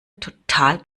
total